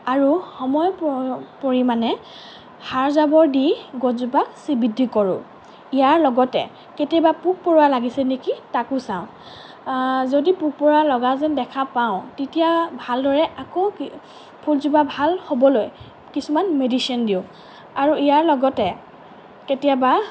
আৰু সময় পৰিমাণে সাৰ জাবৰ দি গছজোপা শ্ৰীবৃদ্ধি কৰোঁ ইয়াৰ লগতে কেতিয়াবা পোক পৰুৱা লাগিছে নেকি তাকো চাওঁ যদি পোক পৰুৱা লগা যেন দেখা পাওঁ তেতিয়া ভালদৰে আকৌ ফুলজোপা ভাল হ'বলৈ কিছুমান মেডিচিন দিওঁ আৰু ইয়াৰ লগতে কেতিয়াবা